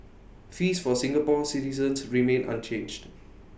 fees for Singapore citizens remain unchanged